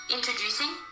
Introducing